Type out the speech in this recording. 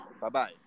Bye-bye